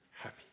happy